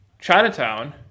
Chinatown